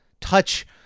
touch